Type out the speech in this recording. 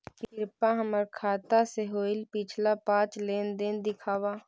कृपा हमर खाता से होईल पिछला पाँच लेनदेन दिखाव